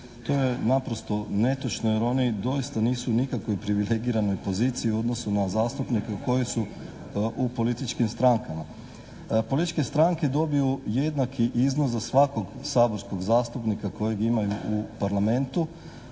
To je naprosto netočno jer oni doista nisu u nikakvoj privilegiranoj poziciji u odnosu na zastupnike koji su u političkim strankama. Političke stranke dobiju jednaki iznos za svakog saborskog zastupnika kojeg imaju u Parlamentu,